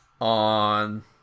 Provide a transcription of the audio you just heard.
On